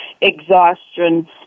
exhaustion